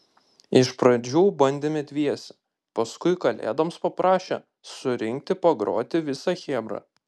iš pradžių bandėme dviese paskui kalėdoms paprašė surinkti pagroti visą chebrą